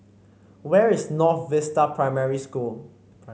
where is North Vista Primary School